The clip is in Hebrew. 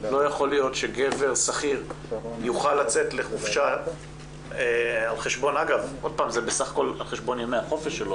לא יכול להיות שגבר שכיר יוכל לצאת לחופשה על חשבון ימי החופש שלו,